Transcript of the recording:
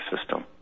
system